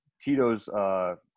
Tito's